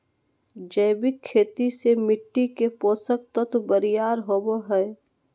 जैविक खेती से मिट्टी के पोषक तत्व बरियार होवो हय